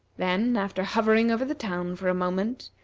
then, after hovering over the town for a moment,